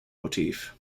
motif